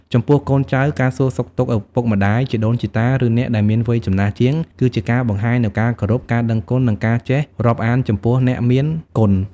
ចំពោះកូនចៅ ការសួរសុខទុក្ខឪពុកម្តាយ ជីដូនជីតា ឬអ្នកដែលមានវ័យចំណាស់ជាង គឺជាការបង្ហាញនូវការគោរព ការដឹងគុណ និងការចេះរាប់អានចំពោះអ្នកមានគុណ។